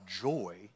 joy